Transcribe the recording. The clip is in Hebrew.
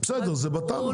בסדר, זה בתמ"א.